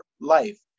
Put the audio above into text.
life